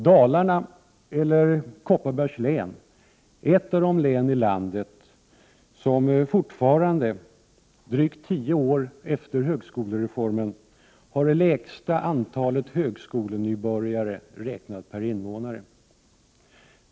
Dalarna, eller Kopparbergs län, är ett av de län i landet som fortfarande, drygt tio år efter högskolereformen, har det lägsta antalet högskolenybörjare räknat per invånare.